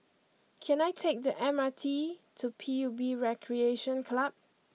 can I take the M R T to P U B Recreation Club